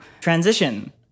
transition